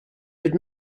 doet